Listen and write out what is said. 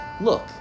Look